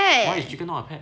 why is chicken not a pet